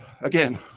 Again